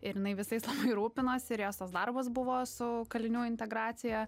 ir jinai visais labai rūpinosi ir jos tas darbas buvo su kalinių integracija